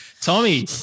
Tommy